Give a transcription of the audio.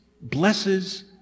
blesses